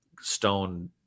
stone